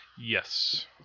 yes